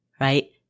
right